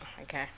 okay